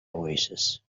oasis